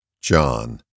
John